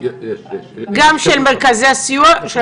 גם של מרכזי הסיוע.